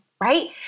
right